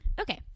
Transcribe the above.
okay